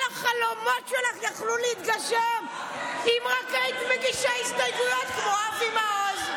כל החלומות שלך יכלו להתגשם אם רק היית מגישה הסתייגויות כמו אבי מעוז.